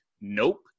nope